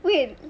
wait